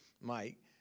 Mike